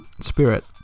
spirit